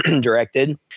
directed